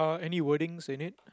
any wordings in it